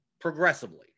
progressively